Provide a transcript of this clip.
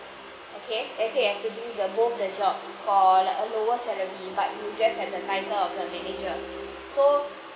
okay let's say have to do the both the job for like a lower salary but you just have the title of the manager so